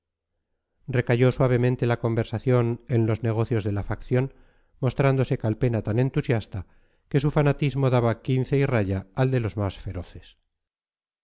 recayó suavemente la conversación en los negocios de la facción mostrándose calpena tan entusiasta que su fanatismo daba quince y raya al de los más feroces